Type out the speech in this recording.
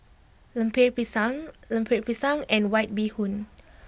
Lemper Pisang Lemper Pisang and White Bee Hoon